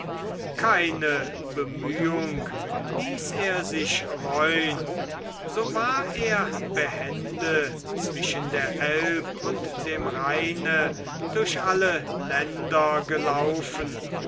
keine bemühung ließ er sich reun so war er behende zwischen der elb und dem rheine durch alle länder gelaufen